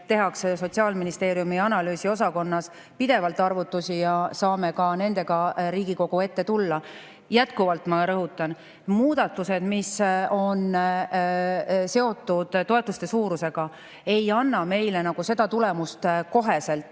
tehakse Sotsiaalministeeriumi analüüsiosakonnas pidevalt arvutusi ja saame ka nendega Riigikogu ette tulla. Jätkuvalt ma rõhutan: muudatused, mis on seotud toetuste suurusega, ei anna meile kohe seda tulemust, millised